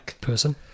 Person